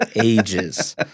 ages